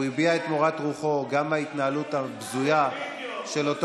הוא הביע את מורת רוחו גם מההתנהלות הבזויה של אותו